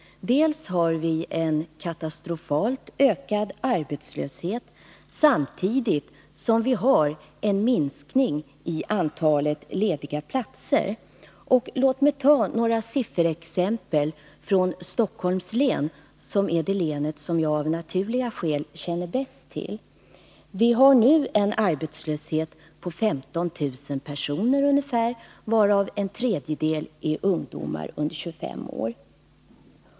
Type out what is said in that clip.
Vi har bl.a. en katastrofalt ökad arbetslöshet, samtidigt som vi har en minskning i antalet lediga platser. Låt mig ge exempel på detta genom att lämna några sifferuppgifter från Stockholms län, som är det län jag av naturliga skäl känner bäst till. Arbetslösheten omfattar nu ungefär 15 000 personer, varav en tredjedel är ungdomar under 25 år.